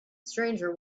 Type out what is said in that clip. stranger